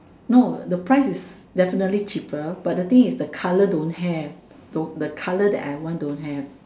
no the price is definitely cheaper but the thing is the color don't have don't the color that I want don't have